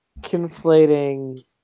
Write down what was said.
conflating